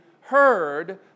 heard